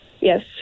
Yes